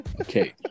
Okay